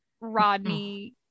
Rodney